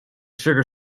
sugar